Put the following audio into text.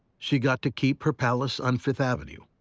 she got to keep her palace on fifth avenue,